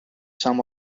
some